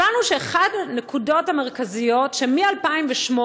הבנו שאחת הנקודות המרכזיות היא שמ-2008,